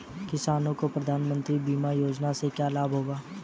किसानों को प्रधानमंत्री बीमा योजना से क्या लाभ होगा?